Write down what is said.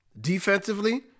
defensively